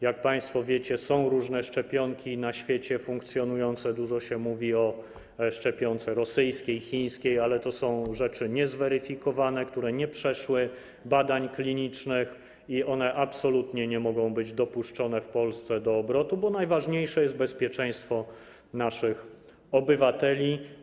Jak państwo wiecie, są różne szczepionki funkcjonujące na świecie, dużo się mówi o szczepionce rosyjskiej, chińskiej, ale to są szczepionki niezweryfikowane, które nie przeszły badań klinicznych, i one absolutnie nie mogą być dopuszczone w Polsce do obrotu, bo najważniejsze jest bezpieczeństwo naszych obywateli.